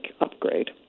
upgrade